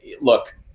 Look